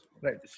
Right